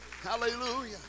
Hallelujah